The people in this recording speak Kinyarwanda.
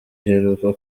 iheruka